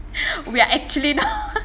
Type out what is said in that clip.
we are actually not